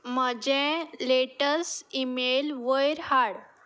म्हजे letters email वयर हाड